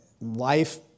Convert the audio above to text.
life